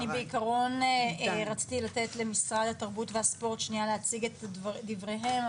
אני בעיקרון רציתי לתת למשרד התרבות והספורט להציג את דבריהם,